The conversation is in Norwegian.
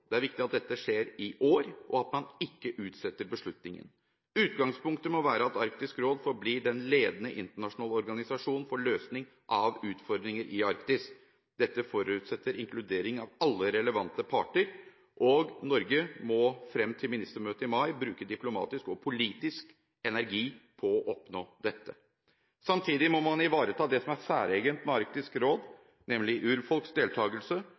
Det er viktig at dette skjer i år, og at man ikke utsetter beslutningen. Utgangspunktet må være at Arktisk råd forblir den ledende internasjonale organisasjonen for løsning av utfordringer i Arktis. Dette forutsetter inkludering av alle relevante parter, og Norge må frem til ministermøtet i mai bruke diplomatisk og politisk energi på å oppnå dette. Samtidig må man ivareta det som er særegent med Arktisk råd, nemlig urfolks deltakelse